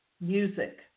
music